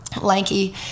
lanky